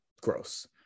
gross